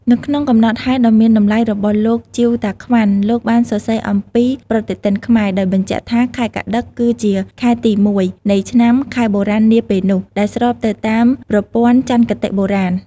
នៅក្នុងកំណត់ហេតុដ៏មានតម្លៃរបស់លោក ជីវ តាក្វាន់ លោកបានសរសេរអំពីប្រតិទិនខ្មែរ ដោយបញ្ជាក់ថា ខែកត្តិក គឺជាខែទី ១ នៃឆ្នាំខ្មែរបុរាណនាពេលនោះ ដែលស្របទៅតាមប្រព័ន្ធចន្ទគតិបុរាណ។